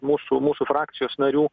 mūsų mūsų frakcijos narių